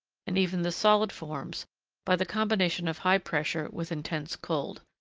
and even the solid, forms by the combination of high pressure with intense cold.